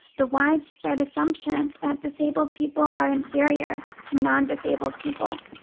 the widespread assumption that disabled people are inferior to non-disabled people.